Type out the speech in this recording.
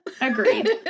Agreed